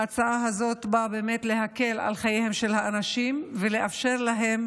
ההצעה הזאת באה באמת להקל את חייהם של האנשים ולאפשר להם